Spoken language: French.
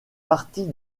partie